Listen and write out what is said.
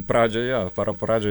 pradžioj jo pra pradžioj